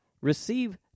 receive